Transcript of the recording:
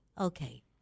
okay